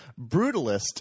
brutalist